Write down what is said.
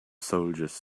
soldiers